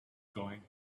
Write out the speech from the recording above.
going